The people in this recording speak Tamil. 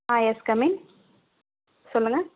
ஆ யெஸ் கம் இன் சொல்லுங்கள்